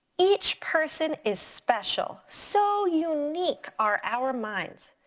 each person is special, so unique are our minds.